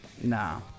Nah